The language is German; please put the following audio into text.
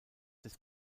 des